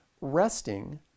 Resting